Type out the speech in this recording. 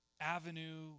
avenue